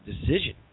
decision